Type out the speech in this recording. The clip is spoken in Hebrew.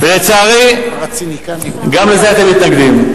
לצערי, גם לזה אתם מתנגדים.